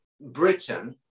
Britain